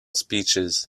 speeches